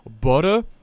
Butter